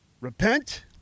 repent